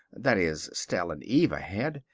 that is, stell and eva had.